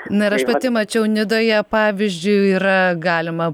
na ir aš pati mačiau nidoje pavyzdžiui yra galima